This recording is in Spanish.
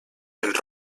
del